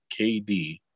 KD